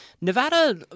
Nevada